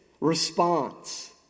response